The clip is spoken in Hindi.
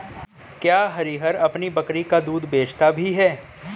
क्या हरिहर अपनी बकरी का दूध बेचता भी है?